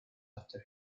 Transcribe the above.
after